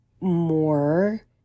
more